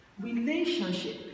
Relationship